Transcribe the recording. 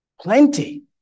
plenty